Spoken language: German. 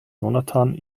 jonathan